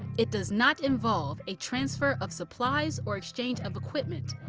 it does not involve a transfer of supplies or exchange of equipment,